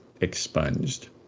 expunged